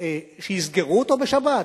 שיסגרו אותו בשבת?